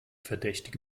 verdächtige